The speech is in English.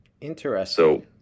Interesting